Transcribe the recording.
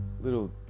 little